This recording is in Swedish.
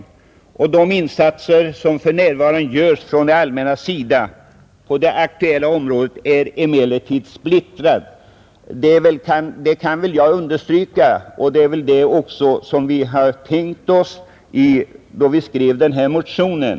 De insatser som f.n. görs från det allmännas sida på det aktuella området är emellertid splittrade.” Det kan jag understryka, och det är också det vi tänkte oss då vi skrev den här motionen.